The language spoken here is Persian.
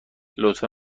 لطفا